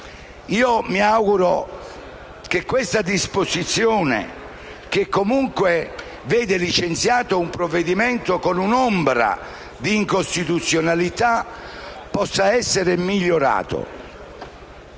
Io mi auguro che questa disposizione, che vede licenziato un provvedimento con un'ombra di incostituzionalità, possa essere migliorata.